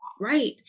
Right